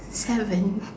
haven't